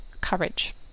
courage